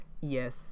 yes